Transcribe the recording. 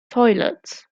toilets